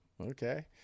Okay